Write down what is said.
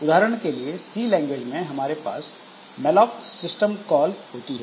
उदाहरण के लिए सी लैंग्वेज में हमारे पास मैलॉक सिस्टम कॉल होती है